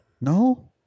No